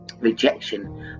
rejection